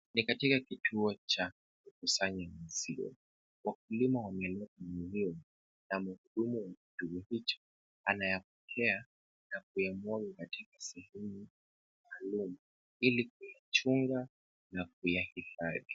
Ni katika kituo cha kukusanya maziwa. Wakulima wameleta maziwa na muhudumu wa kituo hicho anayapokea na kuyamwaga katika sehemu maalum, ili kuyachunga na kuyahifadhi.